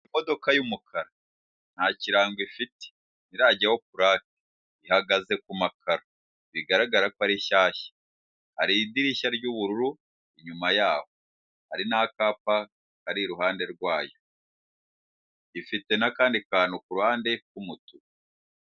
Imodoka y'umukara, nta kirango ifite, ntirajyaho purake, ihagaze ku makaro, bigaragara ko ari nshyashya. Hari idirishya ry'ubururu inyuma yaho, hari n'akapa kari iruhande rwayo; ifite n'akandi kantu ku ruhande k'umutuku.